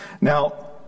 Now